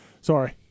Sorry